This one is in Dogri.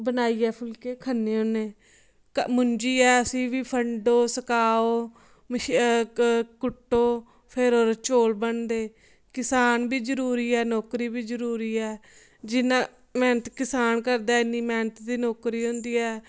बनाइयै फुल्के खन्ने हुन्ने मुंजी ऐ उसी बी फंडो सकाओ कुट्टो फिर ओह्दे चौल बनदे किसान बी जरूरी ऐ नौकरी बी जरूरी ऐ जिन्ना मेहनत किसान करदा उन्नी मेहनत दी नौकरी हुंदी ऐ